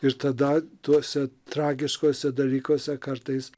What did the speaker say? ir tada tuose tragiškuose dalykuose kartais